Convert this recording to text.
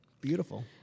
Beautiful